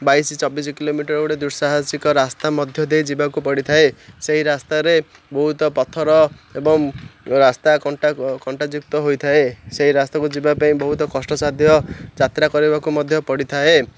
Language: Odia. ବାଇଶ ଚବିଶ କିଲୋମିଟର ଗୋଟେ ଦୁଃସାହସିକ ରାସ୍ତା ମଧ୍ୟ ଦେଇ ଯିବାକୁ ପଡ଼ିଥାଏ ସେହି ରାସ୍ତାରେ ବହୁତ ପଥର ଏବଂ ରାସ୍ତା କଣ୍ଟା କଣ୍ଟାଯୁକ୍ତ ହୋଇଥାଏ ସେହି ରାସ୍ତାକୁ ଯିବା ପାଇଁ ବହୁତ କଷ୍ଟସାଧ୍ୟ ଯାତ୍ରା କରିବାକୁ ମଧ୍ୟ ପଡ଼ିଥାଏ